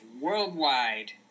worldwide